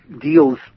deals